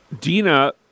Dina